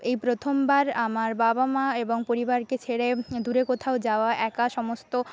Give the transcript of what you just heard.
এই প্রথমবার আমার বাবা মা এবং পরিবারকে ছেড়ে দূরে কোথাও যাওয়া একা সমস্ত